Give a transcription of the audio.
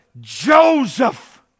Joseph